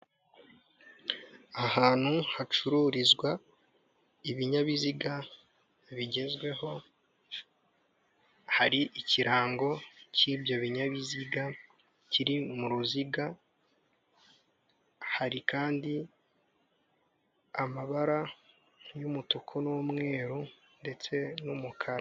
Ahantu hacururizwa ibinyabiziga bigezweho, hari ikirango cy'ibyo binyabiziga kiri mu ruziga, hari kandi amabara y'umutuku n'umweru ndetse n'umukara.